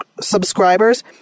subscribers